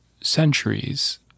centuries